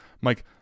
Mike